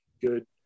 good